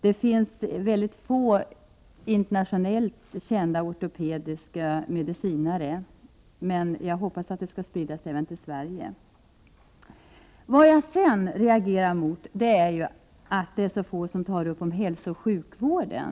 Det finns få internationellt kända ortopediska medicinare, men jag hoppas att dessa behandlingsmetoder skall sprida sig även till Sverige. Vad jag sedan reagerar mot är att så få tar upp frågan om hälsooch sjukvården.